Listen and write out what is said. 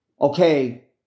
Okay